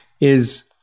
is-